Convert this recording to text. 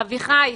אביחי,